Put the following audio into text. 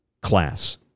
class